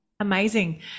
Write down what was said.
amazing